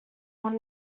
will